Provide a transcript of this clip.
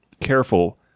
careful